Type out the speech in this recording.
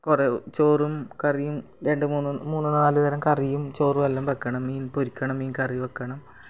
കുറേ ചോറും കറിയും രണ്ട് മൂന്ന് മൂന്ന് നാലുതരം കറിയും ചോറും എല്ലാം വെക്കണം മീൻ പൊരിക്കണം മീൻ കറി വെക്കണം